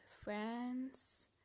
friends